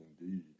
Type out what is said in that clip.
Indeed